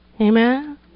Amen